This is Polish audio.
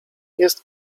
jest